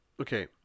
okay